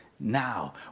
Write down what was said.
Now